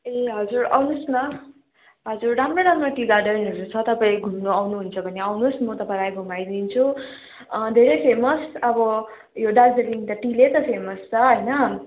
ए हजुर आउनु होस् न हजुर राम्रो राम्रो टी गार्डनहरू छ तपाईँ घुम्न आउनु हुन्छ भने आउनु होस् म तपाईँलाई घुमाइदिन्छु धेरै फेमस अब यो दार्जिलिङ त टिले त फेमस छ होइन